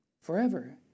forever